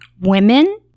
Women